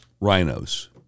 rhinos